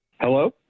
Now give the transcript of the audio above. Hello